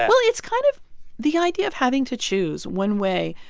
well, it's kind of the idea of having to choose one way,